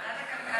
ועדת הכלכלה.